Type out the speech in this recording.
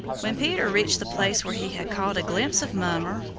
when peter reached the place where he had caught a glimpse of mummer,